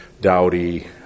Dowdy